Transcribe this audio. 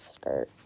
skirt